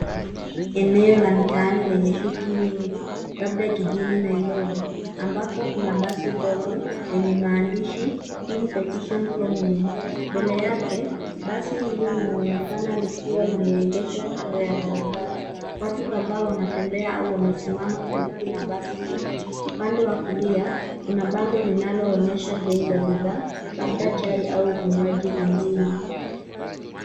Hii ni eneo la mitaani lenye shughuli nyingi labda jijini Nairobi, ambapo kuna basi dogo lenye maandishi TEAM PETITION PROMINENT . Mbele yake, basi hili linaonekana likiwa limeegeshwa kando ya barabara. Watu kadhaa wanatembea au wamesimama karibu na basi hilo. Upande wa kulia, kuna bango linaloonyesha bei za bidhaa labda chai au vinywaji vingine.